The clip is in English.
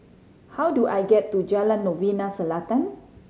how do I get to Jalan Novena Selatan